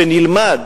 שנִלמַד,